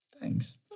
Thanks